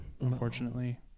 unfortunately